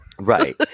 Right